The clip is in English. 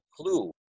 clue